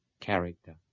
character